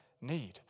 need